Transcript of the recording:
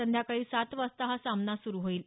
संध्याकाळी सात वाजता हा सामना सुरु होईल